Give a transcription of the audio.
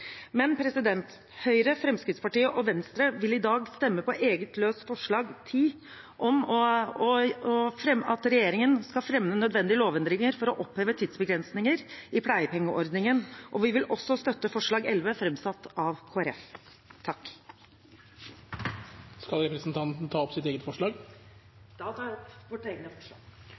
Høyre, Fremskrittspartiet og Venstre vil i dag stemme for eget løst forslag nr. 10 i saken, om at regjeringen skal fremme nødvendige lovendringer for å oppheve tidsbegrensningen i pleiepengeordningen. Vi vil også støtte forslag nr. 11, fremsatt av Kristelig Folkeparti. Jeg tar med dette opp forslaget fra Høyre, Fremskrittspartiet og Venstre. Representanten Heidi Nordby Lunde har tatt opp